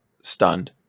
stunned